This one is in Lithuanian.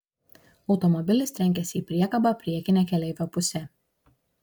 automobilis trenkėsi į priekabą priekine keleivio puse